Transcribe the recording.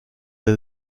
les